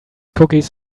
cookies